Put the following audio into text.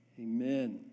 Amen